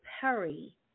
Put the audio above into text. Perry